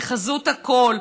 לחזות הכול,